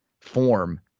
form